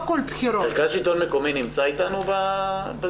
מרכז שלטון מקומי נמצא איתנו בזום?